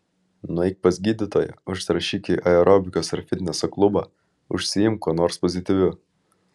nueik pas gydytoją užsirašyk į aerobikos ar fitneso klubą užsiimk kuo nors pozityviu